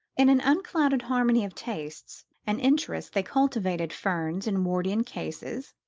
in an unclouded harmony of tastes and interests they cultivated ferns in wardian cases,